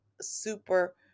super